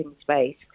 space